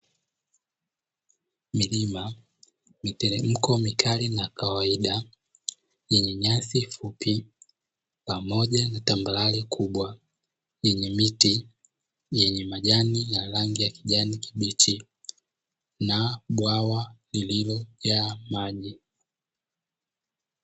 Milima, miteremko mikubwa na kawaida yenye nyasi fupi pamoja na tambarare kubwa, lenye miti na Majani ya rangi ya kijani kibichi na bwawa lililojaa maji.